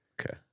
Okay